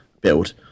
build